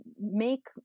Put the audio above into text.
make